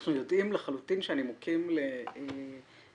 כשאנחנו יודעים לחלוטין שהנימוקים לאי